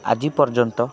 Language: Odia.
ଆଜି ପର୍ଯ୍ୟନ୍ତ